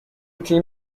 تیم